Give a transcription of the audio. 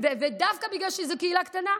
דווקא בגלל שזו קהילה קטנה,